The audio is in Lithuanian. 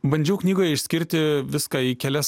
bandžiau knygoje išskirti viską į kelias